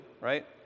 right